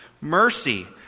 Mercy